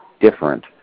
different